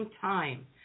time